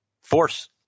force